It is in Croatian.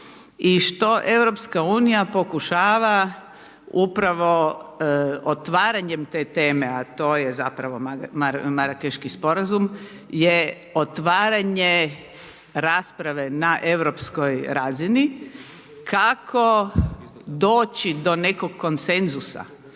i što Europska unija pokušava upravo otvaranjem te teme, a to zapravo Marakeški sporazum je otvaranje rasprave na europskoj razini kako doći do nekog konsenzusa